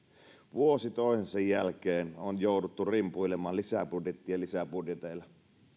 vuosi toisensa jälkeen on jouduttu rimpuilemaan lisäbudjettien lisäbudjeteilla